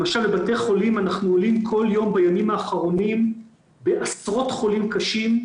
למשל בבתי החולים אנחנו עולים כל יום בימים האחרונים בעשרות חולים קשים.